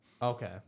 Okay